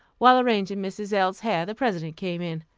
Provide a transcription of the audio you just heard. while arranging mrs. l s hair, the president came in.